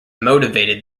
motivated